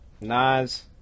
Nas